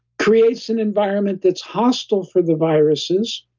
creates an environment that's hostile for the viruses